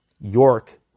York